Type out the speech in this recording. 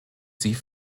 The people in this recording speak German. sie